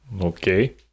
Okay